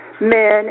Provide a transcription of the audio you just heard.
men